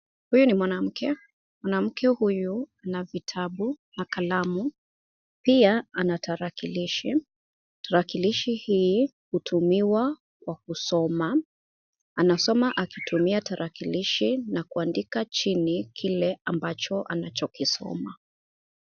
Huyu ni mwanamke. Mwanamke huyu ana vitabu na kalamu. Pia anatarakilishi. Tarakilishi hii hutumiwa kwa kusoma. Anasoma kwa kutumia tarakilishi na kuandika chini kile ambacho anachokisoma.